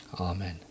Amen